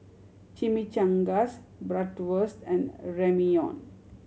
Chimichangas Bratwurst and Ramyeon